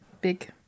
Big